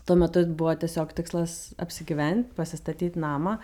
tuo metu buvo tiesiog tikslas apsigyvent pasistatyti namą